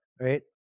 right